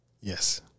Yes